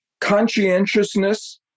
conscientiousness